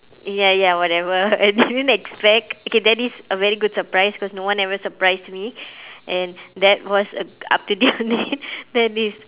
ya ya whatever I didn't expect okay that is a very good surprise because no one ever surprised me and that was up to date only that is